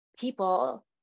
people